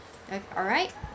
al~ alright